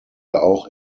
auch